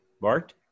Bart